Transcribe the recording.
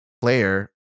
player